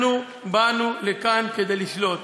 אנחנו באנו לכאן כדי לשלוט.